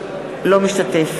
אינו משתתף